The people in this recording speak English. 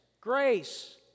grace